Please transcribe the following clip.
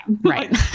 Right